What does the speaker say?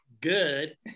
good